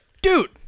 Dude